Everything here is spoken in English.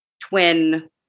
twin